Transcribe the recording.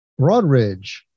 Broadridge